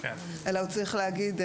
אלא הוא צריך להגיד: